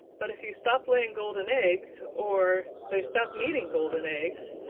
but if you stopped laying golden eggs, or they stopped needing golden eggs,